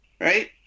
right